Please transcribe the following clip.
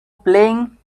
playing